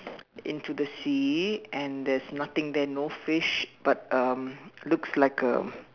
into the sea and there is nothing there no fish but um looks like a